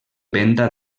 venda